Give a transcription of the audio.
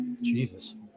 Jesus